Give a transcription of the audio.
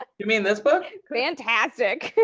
but you mean this book? fantastic.